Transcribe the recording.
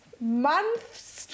months